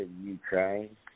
Ukraine